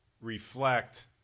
reflect